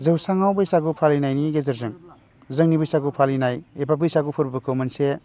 जौस्रांआव बैसागु फालिनायनि गेजेरजों जोंनि बैसागु फालिनाय एबा बैसागु फोरबोखौ मोनसे